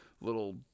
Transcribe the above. little